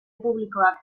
publikoak